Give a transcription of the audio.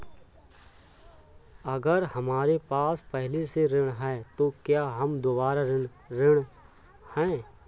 अगर हमारे पास पहले से ऋण है तो क्या हम दोबारा ऋण हैं?